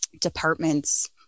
departments